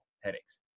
headaches